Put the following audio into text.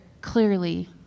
clearly